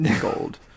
Gold